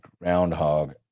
Groundhog